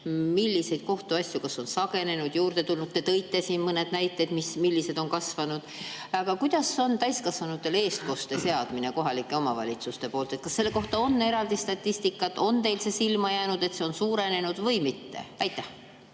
millised kohtuasjad on sagenenud või juurde tulnud. Te tõite siin mõned näited, mille arv on kasvanud. Aga kuidas on täiskasvanutele eestkoste seadmisega kohalike omavalitsuste poolt? Kas selle kohta on eraldi statistikat? On teile silma jäänud, et see on suurenenud, või mitte? Suur